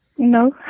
No